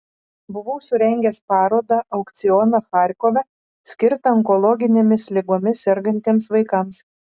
buvau surengęs parodą aukcioną charkove skirtą onkologinėmis ligomis sergantiems vaikams